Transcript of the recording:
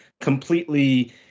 completely